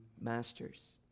masters